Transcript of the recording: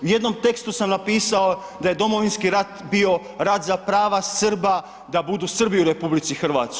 U jednom tekstu sam napisao da je Domovinski rat bio rat za prava Srba da budu Srbi u RH.